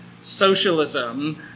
socialism